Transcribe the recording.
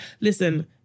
Listen